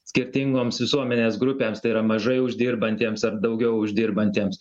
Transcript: skirtingoms visuomenės grupėms tai yra mažai uždirbantiems ar daugiau uždirbantiems